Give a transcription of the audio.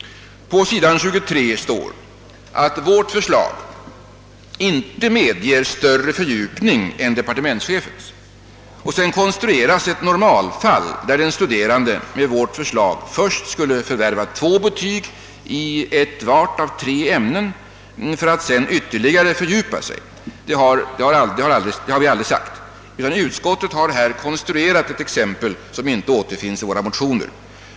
På s. 23 står att folkpartimotionärernas förslag inte medger större fördjupning än departementschefens. Sedan konstrueras ett normalfall, där den studerande enligt vårt förslag först skulle förvärva 2 betyg i vart och ett av tre ämnen för att därefter ytterligare fördjupa sig. Detta har vi emellertid aldrig föreslagit. Utskottet har här konstruerat ett exempel som inte återfinns i våra motioner.